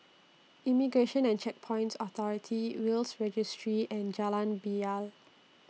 Immigration and Checkpoints Authority Will's Registry and Jalan Bilal